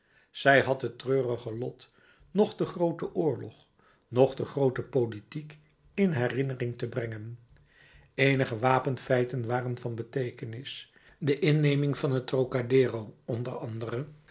zij had het treurige lot noch den grooten oorlog noch de groote politiek in herinnering te brengen eenige wapenfeiten waren van beteekenis de inneming van het trocadero o a